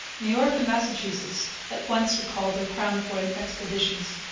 new york and massachusetts at once recalled their crown point expeditions.